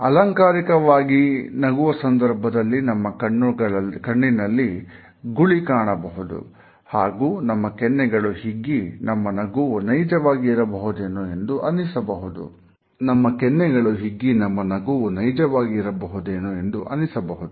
ಅಲಂಕಾರಿಕವಾಗಿ ನಗುವ ಸಂದರ್ಭದಲ್ಲಿ ನಮ್ಮ ಕಣ್ಣಿನಲ್ಲಿ ಗುಳಿ ಕಾಣಬಹುದು ಹಾಗೂ ನಮ್ಮ ಕೆನ್ನೆಗಳು ಹಿಗ್ಗಿ ನಮ್ಮ ನಗುವು ನೈಜವಾಗಿ ಇರಬಹುದೇನೋ ಎಂದು ಅನಿಸಬಹುದು